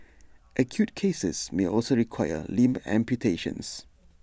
acute cases may also require limb amputations